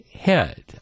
head